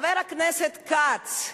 חבר הכנסת כץ,